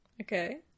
Okay